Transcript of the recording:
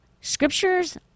Scriptures